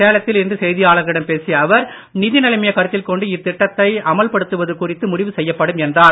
சேலத்தில் இன்று செய்தியாளர்களிடம் பேசிய அவர் நிதி நிலைமையைக் கருத்தில்கொண்டு இத்திட்டத்தை அமல்படுத்துவது குறித்து முடிவு செய்யப்படும் என்றார்